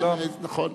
נכון.